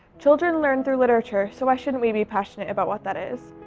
children learn through literature, so why shouldn't we be passionate about what that is?